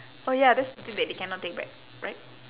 oh ya that's the thing that they cannot take back right